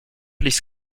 ließ